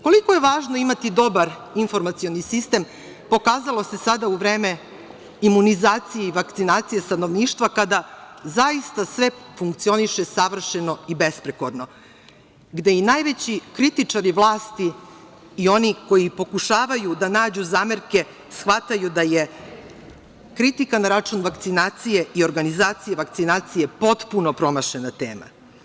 Koliko je važno imati dobar informacioni sistem pokazalo se sada u vreme imunizacije i vakcinacije stanovništva, kada zaista, sve funkcioniše savršeno i besprekorno, gde i najveći kritičari vlasti, i oni koji pokušavaju da nađu zamerke shvataju da je kritika na račun vakcinacije i organizacije vakcinacije, potpuno promašena tema.